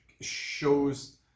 shows